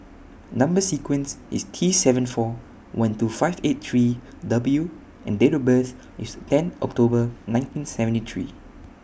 Number sequence IS T seven four one two five eight three W and Date of birth IS ten October nineteen seventy three